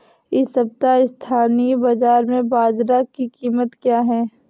इस सप्ताह स्थानीय बाज़ार में बाजरा की कीमत क्या है?